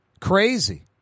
Crazy